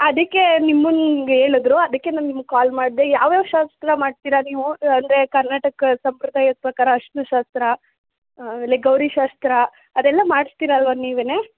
ಅದಕ್ಕೆ ನಿಮ್ಗೆ ಹೇಳುದ್ರು ಅದಕ್ಕೆ ನಾ ನಿಮ್ಗೆ ಕಾಲ್ ಮಾಡಿದೆ ಯಾವ್ಯಾವ ಶಾಸ್ತ್ರ ಮಾಡ್ತೀರಾ ನೀವು ಅಂದರೆ ಕರ್ನಾಟಕ ಸಂಪ್ರದಾಯದ ಪ್ರಕಾರ ಅರ್ಶಿನದ ಶಾಸ್ತ್ರ ಆಮೇಲೆ ಗೌರಿ ಶಾಸ್ತ್ರ ಅದೆಲ್ಲ ಮಾಡಿಸ್ತೀರಲ್ವಾ ನೀವೇ